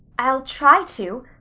i'll try to,